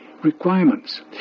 Requirements